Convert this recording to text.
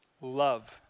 love